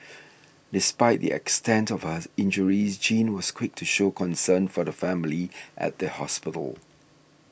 despite the extent of her injures Jean was quick to show concern for the family at the hospital